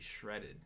shredded